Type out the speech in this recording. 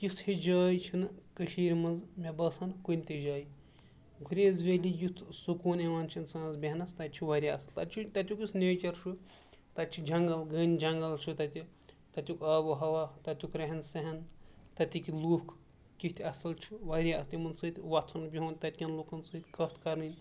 تِژھ ہِش جاے چھِنہٕ کٔشیٖرِ منٛز مےٚ باسان کُنہِ تہِ جایہِ گُریز ویلی یُتھ سکوٗن یِوان چھُ اِنسانَس بیٚہنَس تَتہِ چھُ واریاہ اَصٕل تَتہِ چھِ تَتیُک یُس نیچَر چھُ تَتہِ چھِ جنٛگَل گھٔنۍ جنٛگل چھُ تَتہِ تَتیُک آب و ہوا تَتیُک رہن سہن تَتِکۍ لُکھ کِتھ اَصٕل چھُ واریاہ اَصٕل تِمَن سۭتۍ وَتھُن بِہُن تَتہِ کٮ۪ن لُکَن سۭتۍ کَتھ کَرٕنۍ